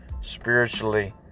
spiritually